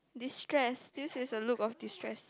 distress this is a look of distress